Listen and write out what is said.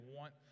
want